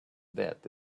death